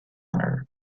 honor